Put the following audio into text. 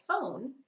phone